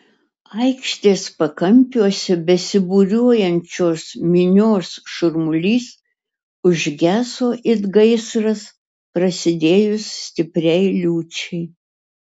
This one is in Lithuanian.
aikštės pakampiuose besibūriuojančios minios šurmulys užgeso it gaisras prasidėjus stipriai liūčiai